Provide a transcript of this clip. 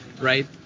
right